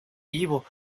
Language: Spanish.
vivo